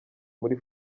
muri